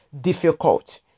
difficult